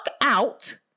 out